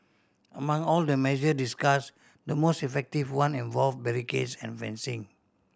among all the measure discuss the most effective one involve barricades and fencing